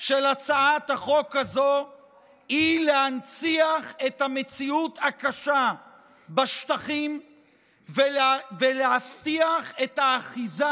של הצעת החוק הזאת היא להנציח את המציאות הקשה בשטחים ולהבטיח את האחיזה